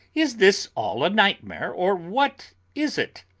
is this all a nightmare, or what is it?